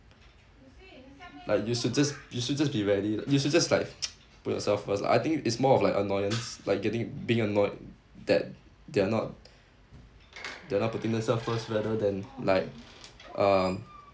like you should just you should just be really you should just like put yourself first lah I think it's more of like annoyance like getting being annoyed that they're not they're not putting themselves first rather than like um